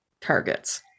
targets